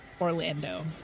Orlando